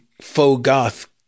faux-goth